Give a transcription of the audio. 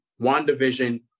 WandaVision